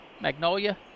Magnolia